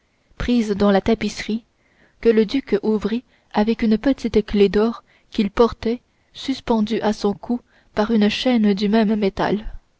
prise dans la tapisserie que le duc ouvrit avec une petite clef d'or qu'il portait suspendue à son cou par une chaîne du même métal